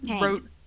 wrote